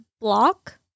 block